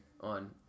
on